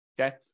Okay